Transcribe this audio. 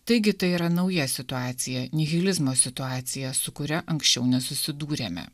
taigi tai yra nauja situacija nihilizmo situacija su kuria anksčiau nesusidūrėme